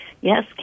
Yes